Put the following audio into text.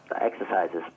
exercises